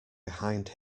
beside